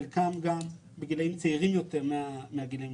חלקן גם בגילים צעירים יותר מהגילים